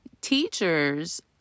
teachers